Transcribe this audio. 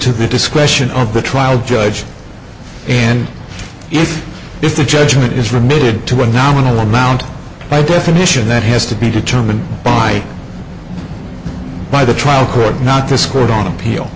to the discretion of the trial judge and if if the judgment is remitted to a nominal amount by definition that has to be determined by by the trial court not this court on appeal